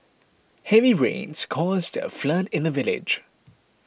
heavy rains caused a flood in the village